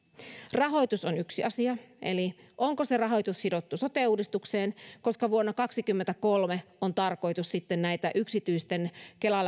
rahoitus on yksi asia onko se rahoitus sidottu sote uudistukseen koska vuonna kaksikymmentäkolme on tarkoitus näitä yksityislääkärikäyntien kela